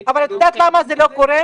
אבל את יודעת למה זה לא קורה?